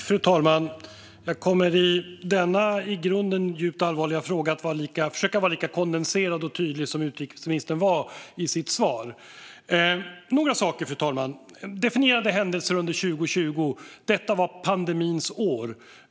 Fru talman! Jag kommer i denna i grunden djupt allvarliga fråga att försöka vara lika kondenserad och tydlig som utrikesministern var i sitt svar. Fru talman! Det finns några saker att ta upp. Definierande händelser under 2020; detta var pandemins år.